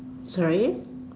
sorry